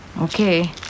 Okay